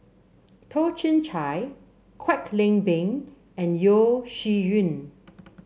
Toh Chin Chye Kwek Leng Beng and Yeo Shih Yun